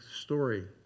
story